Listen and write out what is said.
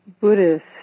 Buddhist